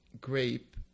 grape